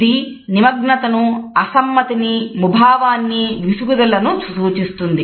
ఇది నిమగ్నతను అసమ్మతిని ముభావాన్ని విసుగుదలనూ సూచిస్తుంది